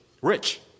Rich